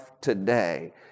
today